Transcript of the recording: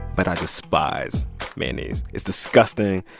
but i despise mayonnaise. it's disgusting.